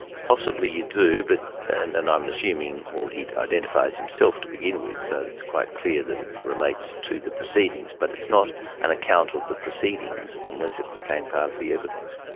possibly you do, but and i'm assuming, well, he identifies himself to begin with, so it's quite clear that it relates to the proceedings, but it's not an account of the proceedings unless it became part of the evidence.